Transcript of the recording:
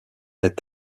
est